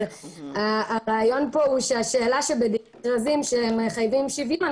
אבל השאלה שמחייבים שוויון,